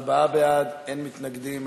ארבעה בעד, אין מתנגדים.